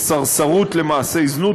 כסרסרות למעשי זנות,